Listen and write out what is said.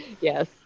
Yes